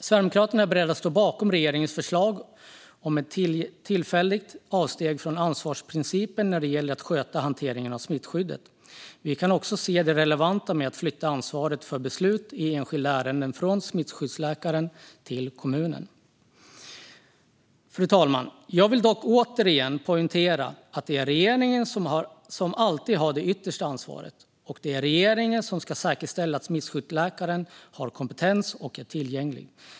Sverigedemokraterna är beredda att stå bakom regeringens förslag om ett tillfälligt avsteg från ansvarsprincipen när det gäller att sköta hanteringen av smittskyddet. Vi kan också se det relevanta med att flytta ansvaret för beslut i enskilda ärenden från smittskyddsläkaren till kommunen. Fru talman! Jag vill dock återigen poängtera att det alltid är regeringen som har det yttersta ansvaret och att det är regeringen som ska säkerställa att smittskyddsläkaren har kompetens och är tillgänglig.